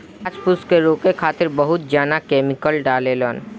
घास फूस के रोके खातिर बहुत जना केमिकल डालें लन